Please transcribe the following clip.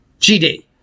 GD